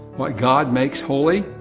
what god makes holy,